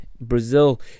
Brazil